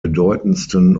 bedeutendsten